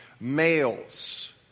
males